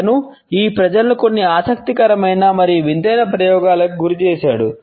అతను ఈ ప్రజలను కొన్ని ఆసక్తికరమైన మరియు వింతైన ప్రయోగాలకు గురిచేశాడు